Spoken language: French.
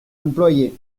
employé